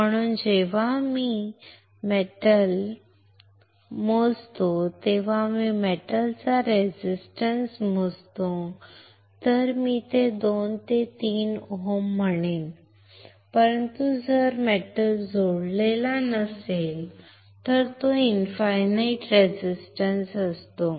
म्हणून जेव्हा मी धातू मोजतो तेव्हा मी मेटल चा रेझिस्टन्स मोजतो तर मी 2 ते 3 ohms म्हणेन परंतु जर धातू जोडलेला नसेल तर तो इनफायनाईट रेझिस्टन्स असतो